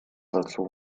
dazu